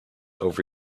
over